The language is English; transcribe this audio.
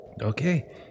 Okay